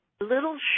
little